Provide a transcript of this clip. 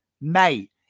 mate